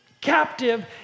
captive